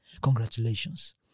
Congratulations